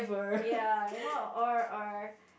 ya you know or or